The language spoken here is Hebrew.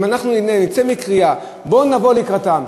אם אנחנו נצא בקריאה: בואו נבוא לקראתם,